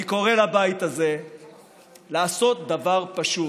אני קורא לבית הזה לעשות דבר פשוט: